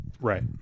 Right